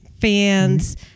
fans